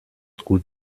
gut